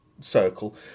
circle